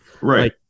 right